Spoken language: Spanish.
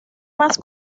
más